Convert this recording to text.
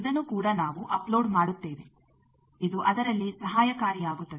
ಇದನ್ನು ಕೂಡ ನಾವು ಅಪ್ಲೋಡ್ ಮಾಡುತ್ತೇವೆ ಇದು ಅದರಲ್ಲಿ ಸಹಾಯಕಾರಿಯಾಗುತ್ತದೆ